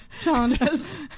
challenges